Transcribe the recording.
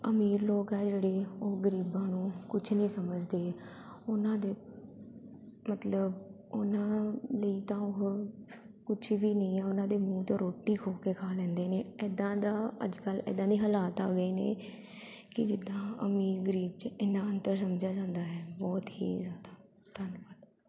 ਅਮੀਰ ਲੋਕ ਆ ਜਿਹੜੇ ਉਹ ਗਰੀਬਾਂ ਨੂੰ ਕੁਛ ਨਹੀਂ ਸਮਝਦੇ ਉਹਨਾਂ ਦੇ ਮਤਲਬ ਉਹਨਾਂ ਲਈ ਤਾਂ ਉਹ ਕੁਛ ਵੀ ਨਹੀਂ ਆ ਉਹਨਾਂ ਦੇ ਮੂੰਹ ਤੋਂ ਰੋਟੀ ਖੋਹ ਕੇ ਖਾ ਲੈਂਦੇ ਨੇ ਐਦਾਂ ਦਾ ਅੱਜ ਕੱਲ੍ਹ ਐਦਾਂ ਦੇ ਹਾਲਾਤ ਆ ਗਏ ਨੇ ਕਿ ਜਿੱਦਾਂ ਅਮੀਰ ਗਰੀਬ 'ਚ ਇੰਨਾ ਅੰਤਰ ਸਮਝਿਆ ਜਾਂਦਾ ਹੈ ਬਹੁਤ ਹੀ ਜ਼ਿਆਦਾ ਧੰਨਵਾਦ